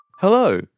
Hello